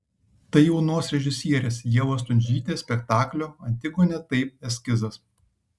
tai jaunos režisierės ievos stundžytės spektaklio antigonė taip eskizas